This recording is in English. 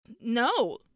no